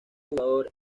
jugador